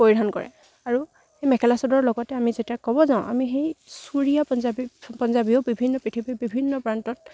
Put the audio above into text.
পৰিধান কৰে আৰু সেই মেখেলা চাদৰ লগতে আমি যেতিয়া ক'ব যাওঁ আমি সেই চুৰিয়া পঞ্জাৱী পঞ্জাৱীও বিভিন্ন পৃথিৱীৰ বিভিন্ন প্ৰান্তত